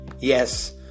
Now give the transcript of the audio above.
Yes